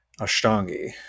Ashtangi